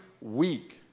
week